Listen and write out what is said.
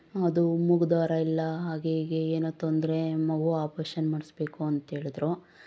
ಅದು ಮೂಗು ದ್ವಾರ ಇಲ್ಲ ಹಾಗೆ ಹೀಗೆ ಏನೋ ತೊಂದರೆ ಮಗು ಅಪ್ರೆಷನ್ ಮಾಡಿಸ್ಬೇಕು ಅಂಥೇಳಿದ್ರು